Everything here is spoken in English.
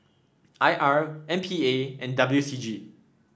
I R M P A and W C G